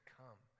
come